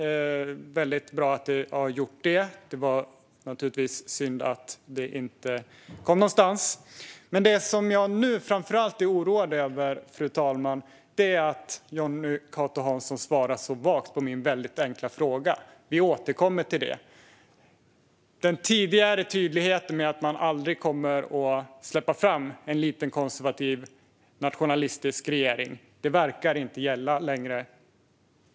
Det är också bra att detta har gjorts, även om det naturligtvis var synd att det hela inte kom någonstans. Men det som jag nu framför allt är oroad över, fru talman, är att Jonny Cato Hansson svarar så vagt på min väldigt enkla fråga. Vi återkommer till det, säger han. Den tidigare tydligheten med att man aldrig kommer att släppa fram en liten konservativ och nationalistisk regering verkar inte gälla längre.